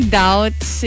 doubts